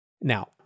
Now